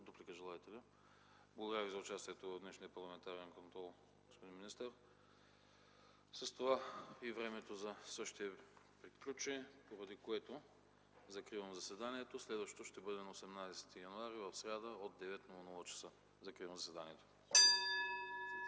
дуплика? Не. Благодаря Ви за участието в днешния парламентарен контрол, господин министър. С това и времето за същия приключи, поради което закривам заседанието. Следващото заседание ще бъде на 18 януари, в сряда, от 9,00 ч. Закривам заседанието.